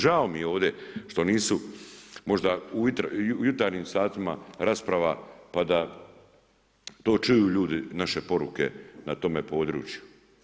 Žao mi je ovdje što nisu možda u jutarnjim satima rasprava, pa da to čuju ljudi naše poruke na tome području.